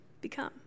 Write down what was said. become